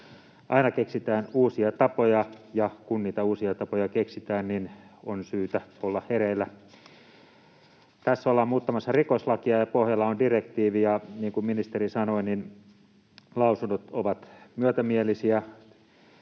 Aina keksitään uusia tapoja, ja kun niitä uusia tapoja keksitään, niin on syytä olla hereillä. Tässä ollaan muuttamassa rikoslakia, ja pohjalla on direktiivi, ja niin kuin ministeri sanoi, lausunnot ovat myötämielisiä.